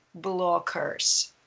blockers